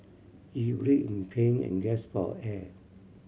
he writhed in pain and gasped for air